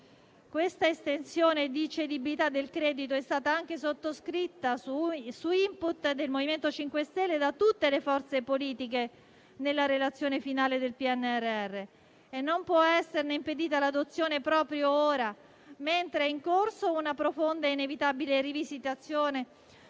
L'estensione di cedibilità del credito è stata anche sottoscritta, su *input* del MoVimento 5 Stelle, da tutte le forze politiche nella relazione finale del PNRR, e non può esserne impedita l'adozione proprio ora, mentre è in corso una profonda e inevitabile rivisitazione